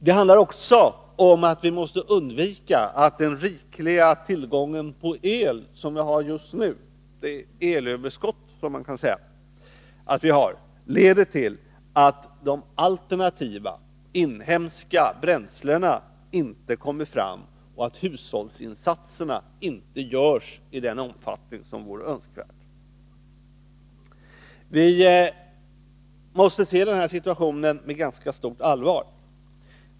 Det handlar också om att vi måste undvika att den rikliga tillgång på el som vi har just nu— det elöverskott som man kan säga att vi har — leder till att de alternativa, inhemska bränslena inte kommer fram och till att hushållningsinsatserna inte görs i den omfattning som vore önskvärd. Vi måste se på denna situation med ganska stort allvar.